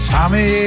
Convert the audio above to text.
Tommy